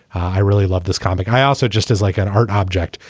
i really love this comic. i also just as like an art object.